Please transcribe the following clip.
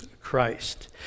Christ